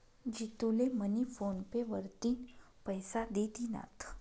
जितू ले मनी PhonePe वरतीन पैसा दि दिनात